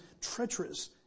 treacherous